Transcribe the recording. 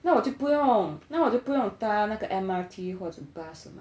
那我就不用那我就不用搭 M_R_T 或者 bus 了 mah